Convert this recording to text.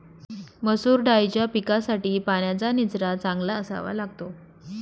मसूर दाळीच्या पिकासाठी पाण्याचा निचरा चांगला असावा लागतो